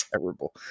Terrible